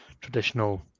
traditional